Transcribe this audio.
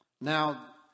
Now